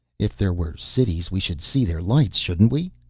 if there were cities we should see their lights shouldn't we?